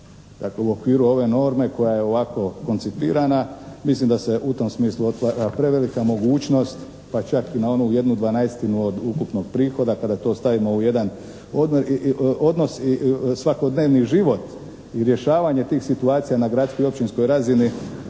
Dakle u okviru ove norme koja je ovako koncipirana, mislim da se u tom smislu otvara prevelika mogućnost pa čak i na onu jednu dvanaestinu od ukupnog prihoda kada to stavimo u jedan odnos i svakodnevni život i rješavanje tih situacija na gradskoj i općinskoj razini,